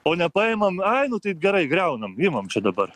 o ne paimam ai nu tai gerai griaunam imam čia dabar